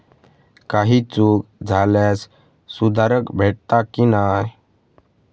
काही चूक झाल्यास सुधारक भेटता की नाय?